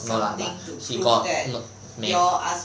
no lah but he got no 没